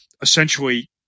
essentially